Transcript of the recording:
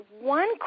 one